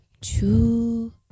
two